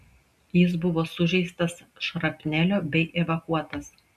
jis buvo sužeistas šrapnelio bei evakuotas